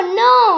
no